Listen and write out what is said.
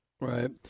Right